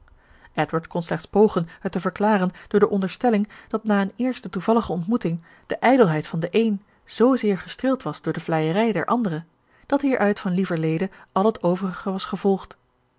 kon slechts pogen het te verklaren door de onderstelling dat na eene eerste toevallige ontmoeting de ijdelheid van den een zoozeer gestreeld was door de vleierij der andere dat hieruit van lieverlede al het overige was gevolgd